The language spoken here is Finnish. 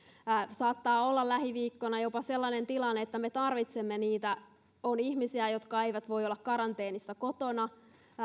saattaa olla lähiviikkoina jopa sellainen tilanne että me tarvitsemme niitä on ihmisiä jotka eivät voi olla karanteenissa kotona